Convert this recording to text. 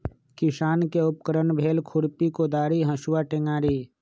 किसान के उपकरण भेल खुरपि कोदारी हसुआ टेंग़ारि